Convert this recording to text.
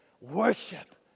worship